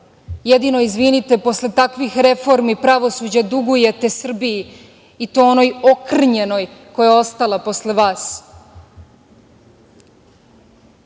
„izvinite“ posle takvih reformi pravosuđa dugujete Srbiji, i to onoj okrnjenoj koja je ostala posle vas.